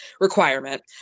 requirement